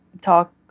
talk